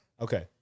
Okay